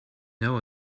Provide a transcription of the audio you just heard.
know